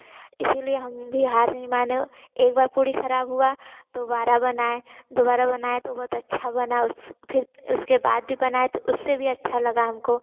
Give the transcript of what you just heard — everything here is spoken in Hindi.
इसीलिए हम भी हार नहीं माने एक बार पूड़ी खराब हुआ तो दोबारा बनाए दोबारा बनाए तो बहुत अच्छा बना उसे फिर उसके बाद भी बनाए तो उससे भी अच्छा लगा हमको